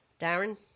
Darren